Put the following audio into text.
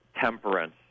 temperance